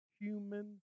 human